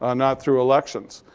ah not through elections.